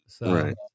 Right